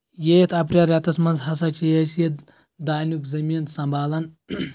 ییٚتھۍ اَپریل رٮ۪تس منز ہسا چھِ أسۍ یہِ دانیُک زٔمیٖن سمبالَان